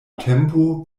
tempo